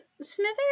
Smithers